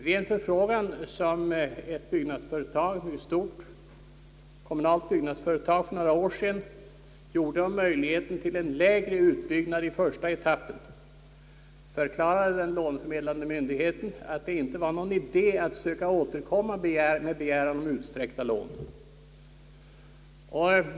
Vid förfrågan som ett stort kommunalt byggföretag för några år sedan gjorde om möjligheten till en lägre utbyggnad i en första etapp förklarade den lånförmedlande myndigheten, att det inte var någon idé att sedan söka återkomma med begäran om utsträckta lån.